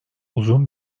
uzun